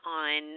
on